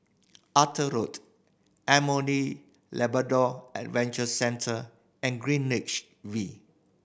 Arthur Road M O E Labrador Adventure Centre and Greenwich V